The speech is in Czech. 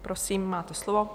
Prosím, máte slovo.